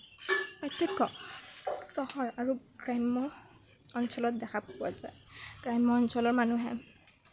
পাৰ্থক্য চহৰ আৰু গ্ৰাম্য অঞ্চলত দেখা পোৱা যায় গ্ৰাম্য অঞ্চলৰ মানুহে